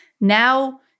now